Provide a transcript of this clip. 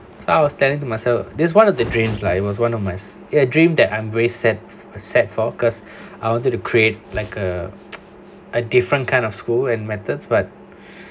I was telling to myself this one of the dreams like it was one of my a dream that I'm very sad for cause I wanted to create like a a different kind of school and methods but